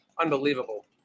unbelievable